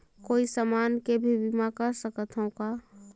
कोई समान के भी बीमा कर सकथव का?